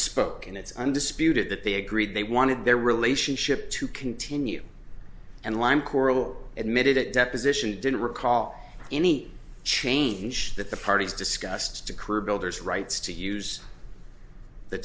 spoke and it's undisputed that they agreed they wanted their relationship to continue and lime coral admitted at deposition didn't recall any change that the parties discussed to crew builders rights to use the